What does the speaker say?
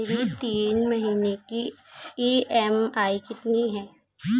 मेरी तीन महीने की ईएमआई कितनी है?